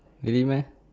really meh